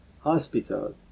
hospital